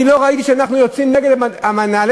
לא ראיתי שאנחנו יוצאים נגד מנהלי